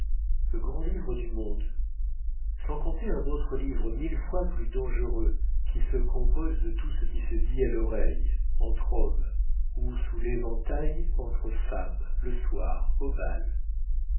le grand livre du monde sans compter un autre livre mille fois plus dangereux qui se compose de tout ce qui se dit à l'oreille entre hommes ou sous l'éventail entre femmes le soir au bal